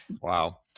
Wow